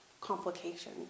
complication